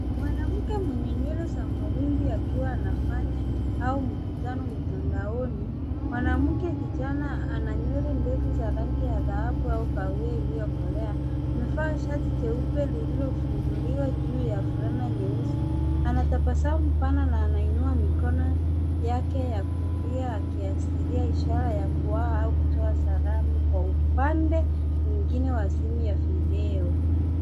Mwanamke mwenye nywele za mawimbi ya kijivu anaonekana akifanya mkutano wa mtandaoni. Mwanamke huyu kijana ana nywele ndefu za rangi ya dhahabu au kahawia iliyochanganyika. Amevaa shati jeupe lililofunguliwa kidogo juu na fulana ya rangi ya usi ndani. Ameketi kwenye kiti na kuinua mkono wake wa kulia, akitoa ishara ya kuaga au kutuma salamu upande fulani, huku mkono mwingine ukibaki umetulia.